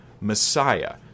Messiah